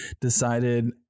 decided